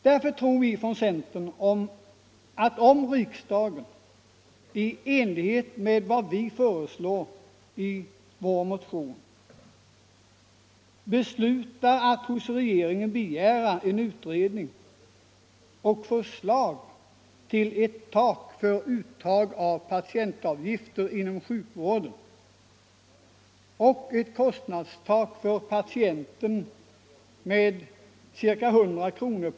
Vi i centern tror därför att om riksdagen i enlighet med förslaget i vår motion beslutar att hos regeringen begära en utredning och förslag till ett tak för uttag av patientavgifter inom sjukvården och ett kostnadstak för patienten med 100 kr.